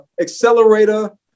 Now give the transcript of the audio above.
accelerator